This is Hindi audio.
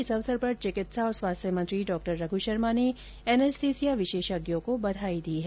इस अवसर पर चिकित्सा और स्वास्थ्य मंत्री डॉ रघ्न शर्मा ने एनेस्थीसिया विशेषज्ञों को बधाई दी है